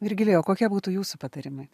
virgilijau kokie būtų jūsų patarimai